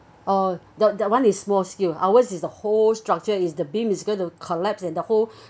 oh that that one is more skilled ours is the whole structure is the beam is going to collapse and the whole